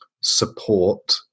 support